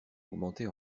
augmentait